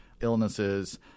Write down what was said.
Illnesses